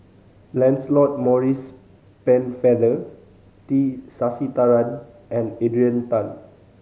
Lancelot Maurice Pennefather T Sasitharan and Adrian Tan